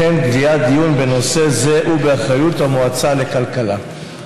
לכן קביעת הדיון בנושא זה הוא באחריות המועצה לכלכלה.